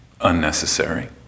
unnecessary